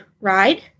ride